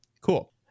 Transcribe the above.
Cool